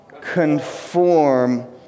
Conform